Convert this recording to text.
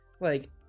Like-